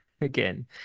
again